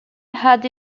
had